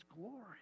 glory